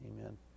Amen